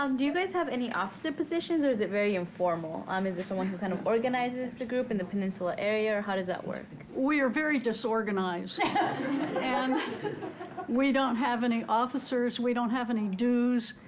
um do you guys have any officer positions, or is it very informal? um is there someone who kind of organizes the group in the peninsula area, or how does that work we are very disorganized yeah and we don't have any officers. we don't have any dues,